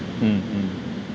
mm mm